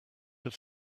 have